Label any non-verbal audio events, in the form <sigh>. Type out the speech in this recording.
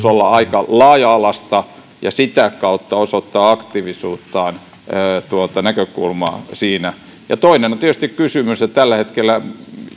<unintelligible> olla aika laaja alaista ja sitä kautta olisi mahdollisuus osoittaa aktiivisuuttaan ja tuota näkökulmaa siinä toinen kysymys on tietysti että jos tällä hetkellä